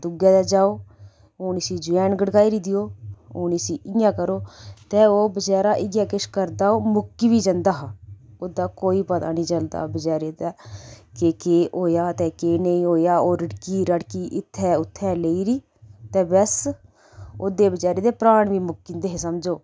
दुए दे जाओ हून इसी जवैन गड़काई'र देओ हून इसी इ'यां करो ते ओह् बेचारा इ'यै किश करदा ओह् मुक्की बी जंदा हा ओह्दा कोई पता नी चलदा बेचारे दा कि केह् होएआ ते केह् नेईं होएआ ओह् रिड़की रड़की इत्थैं उत्थैं लेई'री ते बस ओह्दे बचारे दे प्राण बी मुक्की जंदे हे समझो